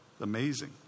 Amazing